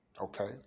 Okay